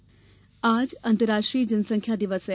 जनसंख्या दिवस आज अंतर्राष्ट्रीय जनसंख्या दिवस है